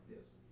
yes